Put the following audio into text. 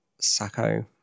Sacco